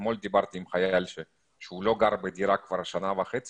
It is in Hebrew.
אתמול דיברתי עם חייל שלא גר בדירה כבר שנה וחצי